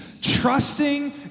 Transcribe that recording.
trusting